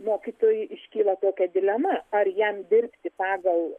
mokytojui iškyla tokia dilema ar jam dirbti pagal